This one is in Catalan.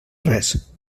res